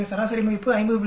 எனவே சராசரி மதிப்பு 50